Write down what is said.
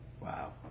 Wow